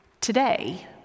today